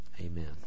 Amen